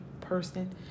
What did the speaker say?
person